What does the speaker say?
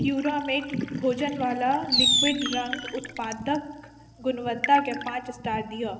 प्युरामेट भोजनवाला लिक्विड रंग उत्पादक गुनवत्ताकेँ पाँच स्टार दिअ